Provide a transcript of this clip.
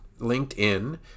LinkedIn